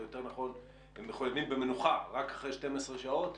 יותר נכון הם מחויבים במנוחה רק אחרי 12 שעות,